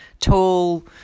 tall